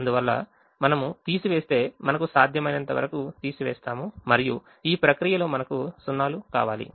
అందువల్ల మనము తీసివేస్తే మనకు సాధ్యమైనంత వరకు తీసివేస్తాము మరియు ఈ ప్రక్రియలో మనకు 0 లు కావాలి